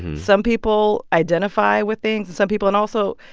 some people identify with things, and some people and also,